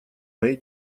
моей